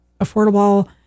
affordable